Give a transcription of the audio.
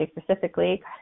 specifically